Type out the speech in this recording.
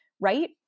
right